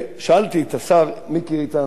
שאלתי את השר מיקי איתן,